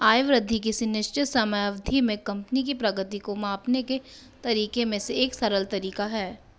आय वृद्धि किसी निश्चित समयावधि में कंपनी की प्रगति को मापने के तरीके में से एक सरल तरीका है